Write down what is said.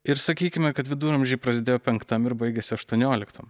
ir sakykime kad viduramžiai prasidėjo penktam ir baigėsi aštuonioliktam